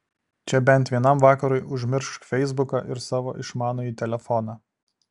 čia bent vienam vakarui užmiršk feisbuką ir savo išmanųjį telefoną